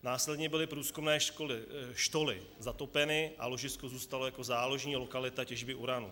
Následně byly průzkumné štoly zatopeny a ložisko zůstalo jako záložní lokalita těžby uranu.